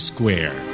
Square